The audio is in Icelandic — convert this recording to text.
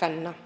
kvenna.